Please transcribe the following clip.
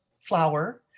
flour